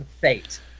fate